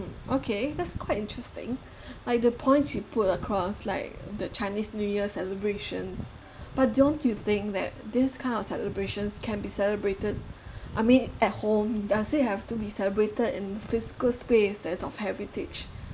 okay that's quite interesting like the points you put across like the chinese new year celebrations but don't you think that this kind of celebrations can be celebrated I mean at home does it have to be celebrated in physical space as of heritage